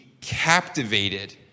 captivated